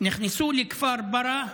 נכנסו לכפר ברא,